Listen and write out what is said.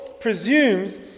presumes